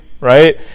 Right